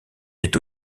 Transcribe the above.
est